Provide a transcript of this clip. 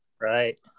Right